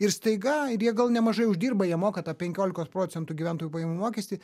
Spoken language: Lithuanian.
ir staiga ir jie gal nemažai uždirba jie moka tą penkiolikos procentų gyventojų pajamų mokestį